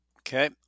Okay